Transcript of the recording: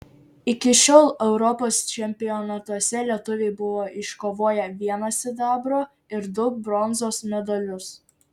iki šiol europos čempionatuose lietuviai buvo iškovoję vieną sidabro ir du bronzos medalius